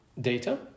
data